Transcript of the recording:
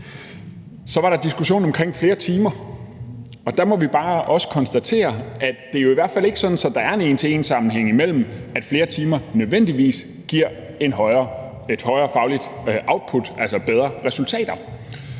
Så var der diskussionen om flere timer. Der må vi bare også konstatere, at det jo i hvert fald ikke er sådan, at der er en en til en-sammenhæng mellem flere timer nødvendigvis og et højere fagligt output, altså bedre resultater.